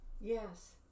Yes